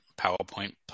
PowerPoint, –